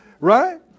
right